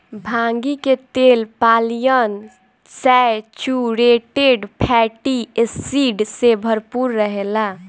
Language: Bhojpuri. भांगी के तेल पालियन सैचुरेटेड फैटी एसिड से भरपूर रहेला